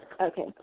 okay